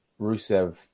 Rusev